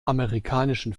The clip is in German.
amerikanischen